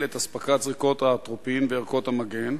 את אספקת זריקות האטרופין וערכות המגן,